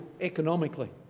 economically